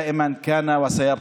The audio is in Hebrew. תמיד היה ויהיה.)